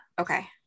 okay